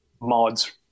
mods